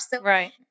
Right